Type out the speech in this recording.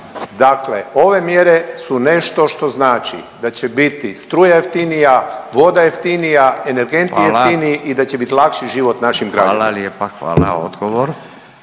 Dakle, ove mjere su nešto što znači da će biti struja jeftinija, voda jeftinija, energenti jeftiniji i da će biti lakši život našim građanima. **Radin, Furio